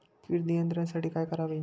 कीड नियंत्रणासाठी काय करावे?